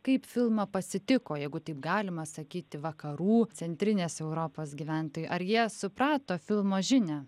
kaip filmą pasitiko jeigu taip galima sakyti vakarų centrinės europos gyventojai ar jie suprato filmo žinią